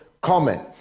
comment